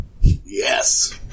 Yes